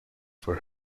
for